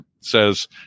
says